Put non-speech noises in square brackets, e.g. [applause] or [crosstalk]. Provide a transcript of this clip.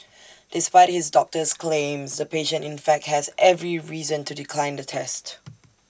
despite his doctor's claims the patient in fact has every reason to decline the test [noise]